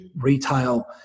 retail